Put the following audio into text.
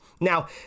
now